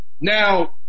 Now